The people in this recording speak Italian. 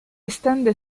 estende